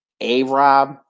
A-Rob